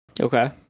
Okay